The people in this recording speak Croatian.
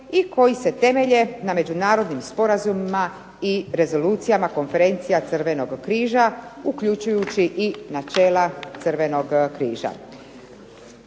i koji se temelje na međunarodnim sporazumima i rezolucijama konferencija Crvenoga križa uključujući i načela Crvenog križa.